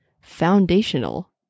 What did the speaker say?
foundational